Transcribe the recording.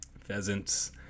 Pheasants